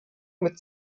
mit